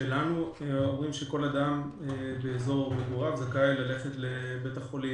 שלנו אומרים שכל אדם זכאי ללכת לבית חולים באזור מגוריו,